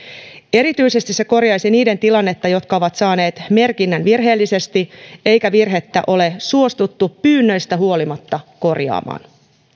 erityisesti se korjaisi niiden tilannetta jotka ovat saaneet merkinnän virheellisesti eikä virhettä ole suostuttu pyynnöistä huolimatta korjaamaan